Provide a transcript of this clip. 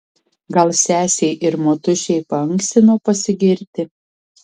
gal sesei ir motušei paankstino pasigirti